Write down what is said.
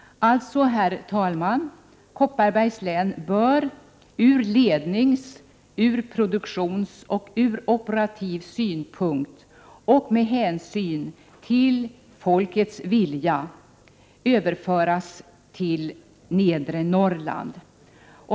Alltså, herr talman: Kopparbergs län bör ur lednings-, ur produktionsoch ur operativ synpunkt och med hänsyn till folkets vilja överföras till Nedre Norrland.